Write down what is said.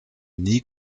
nie